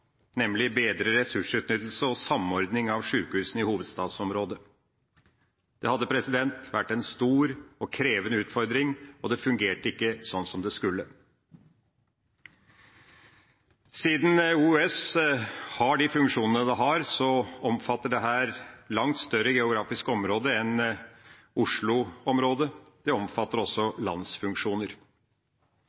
nemlig bedre ressursutnyttelse og samordning av sykehusene i hovedstadsområdet. Det hadde vært en stor og krevende utfordring, og det fungerte ikke sånn som det skulle. Siden OUS har de funksjonene det har, omfatter dette langt større geografiske områder enn Oslo-området. Det omfatter også landsfunksjoner.